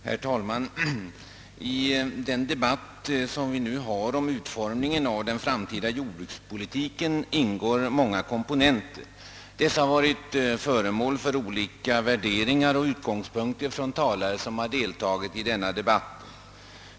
Herr talman! I den debatt vi nu för om utformningen av den framtida jordbrukspolitiken ingår många komponenter. Dessa har varit föremål för olika värderingar och utgångspunkter från talare som deltagit i debatten.